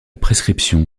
prescription